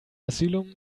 asylum